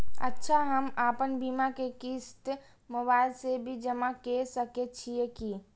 अच्छा हम आपन बीमा के क़िस्त मोबाइल से भी जमा के सकै छीयै की?